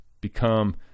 become